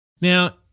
Now